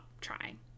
trying